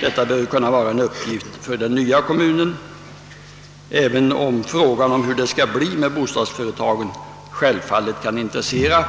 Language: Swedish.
Detta bör kunna vara en uppgift för den nya kommunen, även om frågan om hur det skall bli med bostadsföretagen självfallet kan intressera